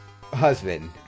husband